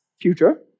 future